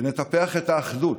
שנטפח את האחדות,